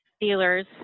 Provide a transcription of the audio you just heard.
dealers